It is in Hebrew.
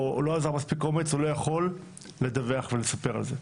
או לא אזר מספיק אומץ או לא יכול לדווח ולספר על זה.